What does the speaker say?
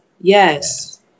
Yes